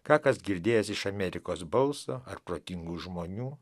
ką kas girdėjęs iš amerikos balso ar protingų žmonių